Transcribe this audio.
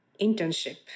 internship